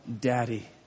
Daddy